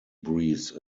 breeze